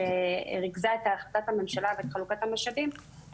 שריכזה את החלטת הממשלה ואת חלוקת המשאבים,